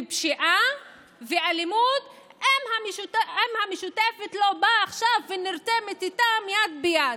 בפשיעה ואלימות אם המשותפת לא באה עכשיו ונרתמת איתם יד ביד.